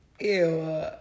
Ew